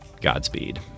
Godspeed